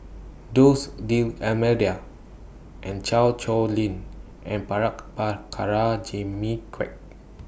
dose D'almeida Chan Sow Lin and Jimmy Quek